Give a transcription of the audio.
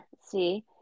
See